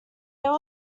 there